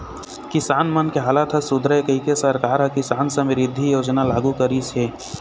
किसान मन के हालत ह सुधरय कहिके सरकार ह किसान समरिद्धि योजना लागू करिस हे